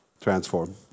transform